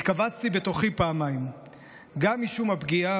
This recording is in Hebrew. התכווצתי בתוכי פעמיים גם משום הפגיעה